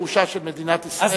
חוק הירושה של מדינת ישראל,